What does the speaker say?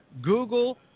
Google